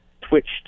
twitched